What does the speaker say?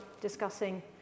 discussing